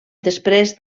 després